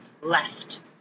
left